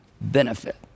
benefit